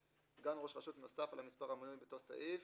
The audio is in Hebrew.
סגן ראש רשות נוסף על המספר המנוי באותו סעיף